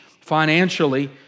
financially